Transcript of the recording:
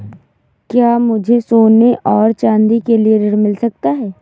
क्या मुझे सोने और चाँदी के लिए ऋण मिल सकता है?